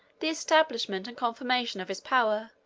the establishment and confirmation of his power,